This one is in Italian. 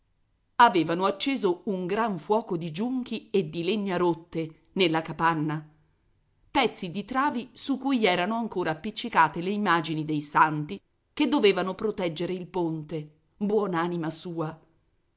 avevano acceso un gran fuoco di giunchi e di legna rotte nella capanna pezzi di travi su cui erano ancora appiccicate le immagini dei santi che dovevano proteggere il ponte buon'anima sua